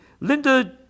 Linda